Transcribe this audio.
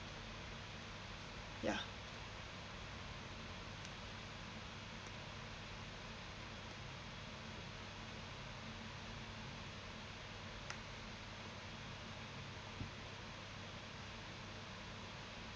ya